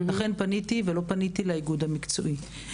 לכן פניתי ולא פניתי לאיגוד המקצועי.